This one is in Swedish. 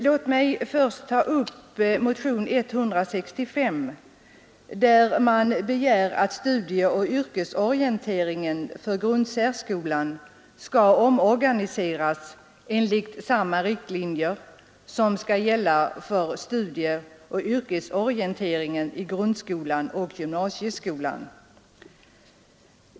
Låt mig till att börja med ta upp motionen 165, där motionärerna begär att studieoch yrkesorienteringen för grundsärskolan skall omorganiseras enligt samma riktlinjer som skall gälla för studieoch yrkesorienteringen i grundskolan och gymnasieskolan.